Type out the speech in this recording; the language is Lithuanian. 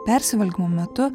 persivalgymo metu